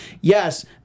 Yes